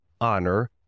honor